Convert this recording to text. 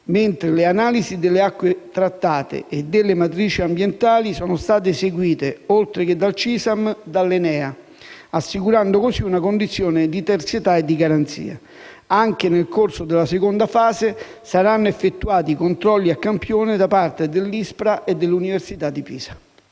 mentre le analisi delle acque trattate e delle matrici ambientali sono state eseguite, oltre che dal CISAM, dall'ENEA, assicurando così una condizione di terzietà e garanzia. Anche nel corso della seconda fase saranno effettuati controlli a campione da parte dell'ISPRA e dell'Università di Pisa.